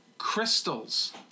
crystals